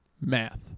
Math